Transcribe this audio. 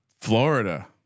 Florida